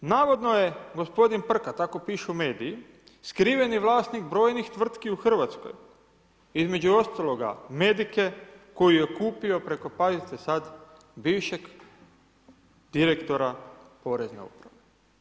Navodno je gospodin Prka, tako pišu mediji, skriveni vlasnik brojnih tvrtki u Hrvatskoj, između ostaloga Medike koji je kupio preko, pazite sad, bivšeg direktora Porezne uprave.